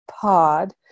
pod